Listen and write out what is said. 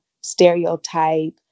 stereotype